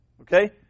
okay